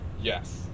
Yes